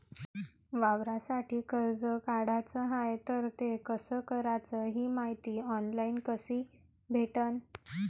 वावरासाठी कर्ज काढाचं हाय तर ते कस कराच ही मायती ऑनलाईन कसी भेटन?